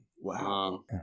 Wow